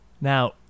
Now